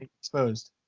exposed